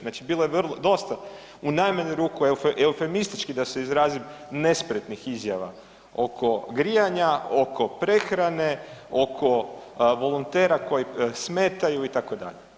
Znači bilo je dosta, u najmanju ruku eufemistički da se izrazim nespretnih izjava oko grijanja, oko prehrane, oko volontera koji smetaju itd.